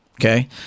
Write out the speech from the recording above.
Okay